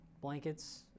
blankets